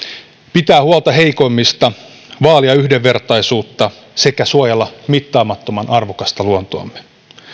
pitää huolta heikoimmista vaalia yhdenvertaisuutta sekä suojella mittaamattoman arvokasta luontoamme